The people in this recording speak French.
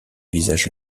visage